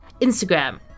Instagram